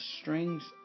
strings